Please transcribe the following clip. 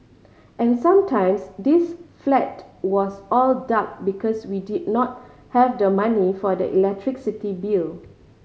and sometimes this flat was all dark because we did not have the money for the electricity bill